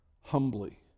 humbly